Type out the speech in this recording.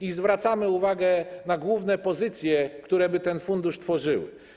I zwracamy uwagę na główne pozycje, które by ten fundusz tworzyły.